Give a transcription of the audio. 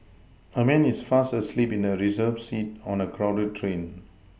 a man is fast asleep in a Reserved seat on a crowded train